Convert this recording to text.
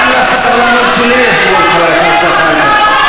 גם לסבלנות שלי יש גבול, חבר הכנסת זחאלקה.